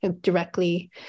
directly